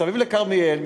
מסביב לכרמיאל,